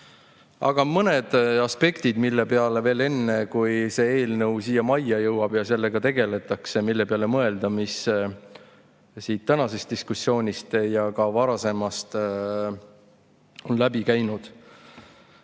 Aga on mõned aspektid, mille peale veel mõelda enne, kui see eelnõu siia majja jõuab ja sellega tegeldakse, ning mis on siit tänasest diskussioonist ja ka varasemast läbi käinud.